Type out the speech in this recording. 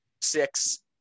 Six